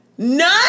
None